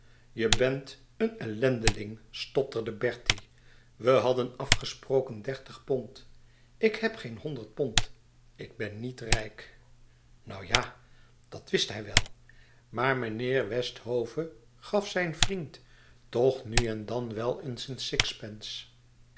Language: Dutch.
je bent een ellendeling stotterde bertie we hadden afgesproken dertig pond ik heb geen honderd pond ik ben niet rijk nou ja dat wist hij wel maar meneer westhve gaf zijn vriend toch nu en dan wel eens een sixpence